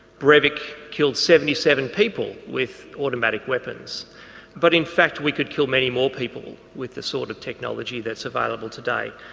brevic killed seventy seven people with automatic weapons but in fact we could kill many more people with the sort of technology that's available today.